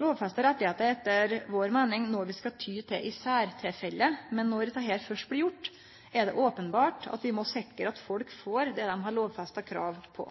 Lovfesta rettar er etter vår meining noko vi skal ty til i særtilfelle, men når dette først blir gjort, er det openbert at vi må sikre at folk får det dei har lovfesta krav på.